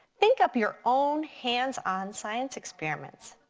think up your own hands on science experiments.